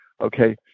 Okay